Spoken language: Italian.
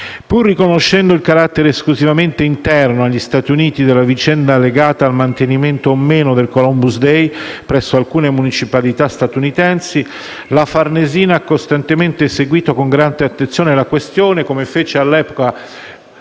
Pur riconoscendo il carattere esclusivamente interno agli Stati Uniti della vicenda legata al mantenimento o no del Columbus day presso alcune municipalità statunitensi, la Farnesina ha costantemente seguito con grande attenzione la questione, come fece quando